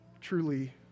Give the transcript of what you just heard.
truly